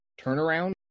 turnaround